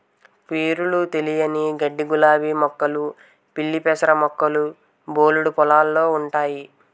పేరులు తెలియని గడ్డిగులాబీ మొక్కలు పిల్లిపెసర మొక్కలు బోలెడు పొలాల్లో ఉంటయి